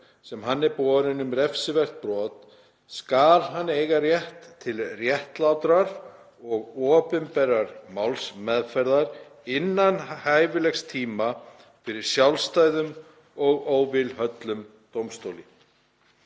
sem hann er borinn um refsivert brot, skal hann eiga rétt til réttlátrar og opinberrar málsmeðferðar innan hæfilegs tíma fyrir sjálfstæðum og óvilhöllum dómstóli.“